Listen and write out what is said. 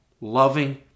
loving